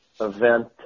event –